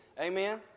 Amen